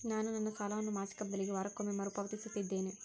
ನಾನು ನನ್ನ ಸಾಲವನ್ನು ಮಾಸಿಕ ಬದಲಿಗೆ ವಾರಕ್ಕೊಮ್ಮೆ ಮರುಪಾವತಿಸುತ್ತಿದ್ದೇನೆ